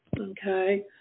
Okay